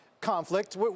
conflict